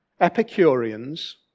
Epicureans